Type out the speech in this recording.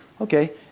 okay